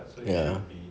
ya